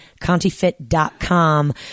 ContiFit.com